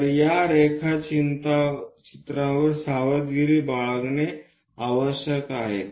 तर या रेखाचित्रांवर सावधगिरी बाळगणे आवश्यक आहे